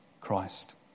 Christ